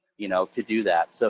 you know to do that, so